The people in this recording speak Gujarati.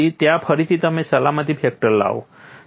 ત્યાં ફરીથી તમે સલામતી ફેક્ટર લાવો છો